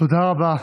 תודה רבה